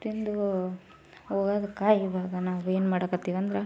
ತಿಂದು ಹೋಗೋದಕ್ಕೆ ಇವಾಗ ನಾವು ಏನ್ಮಾಡಕ್ಕತ್ತೀವಂದ್ರ